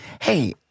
hey